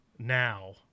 Now